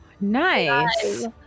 Nice